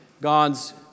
God's